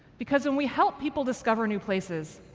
because, when we help people discover new places,